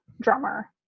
drummer